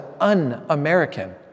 un-American